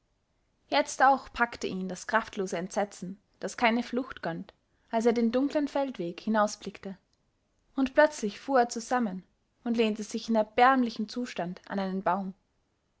jetzt auch packte ihn das kraftlose entsetzen das keine flucht gönnt als er den dunklen feldweg hinausblickte und plötzlich fuhr er zusammen und lehnte sich in erbärmlichem zustand an einen baum